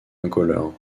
incolore